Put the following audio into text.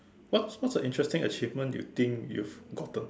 what's what's a interesting achievement you think you've gotten